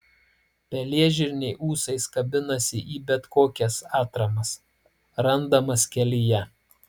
pelėžirniai ūsais kabinasi į bet kokias atramas randamas kelyje